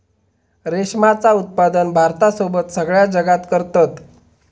रेशमाचा उत्पादन भारतासोबत सगळ्या जगात करतत